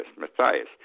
Matthias